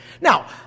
Now